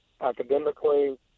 academically